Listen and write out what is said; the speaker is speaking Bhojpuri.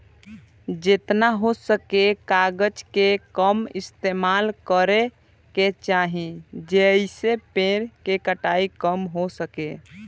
जेतना हो सके कागज के कम इस्तेमाल करे के चाही, जेइसे पेड़ के कटाई कम हो सके